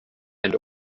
and